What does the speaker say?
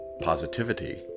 positivity